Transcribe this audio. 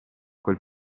quel